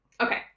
Okay